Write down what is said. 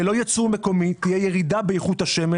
ללא ייצור מקומי תהיה ירידה באיכות השמן